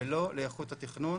ולא לאיכות התכנון,